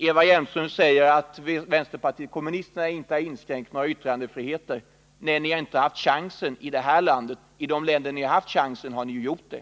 Eva Hjelmström säger att vänsterpartiet kommunisterna inte har inskränkt några demokratiska frioch rättigheter. Nej, ni har inte haft chansen i det här landet. I de länder där ni har haft chansen har ni gjort det.